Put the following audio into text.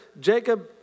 Jacob